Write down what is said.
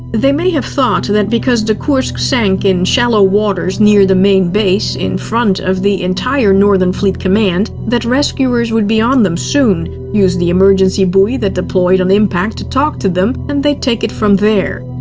they may have thought that because the kursk sank in shallow waters near the main base, in front of the entire northern fleet command, that rescuers would be on them soon, use the emergency buoy that deployed on impact to talk to them, and they'd take it from there.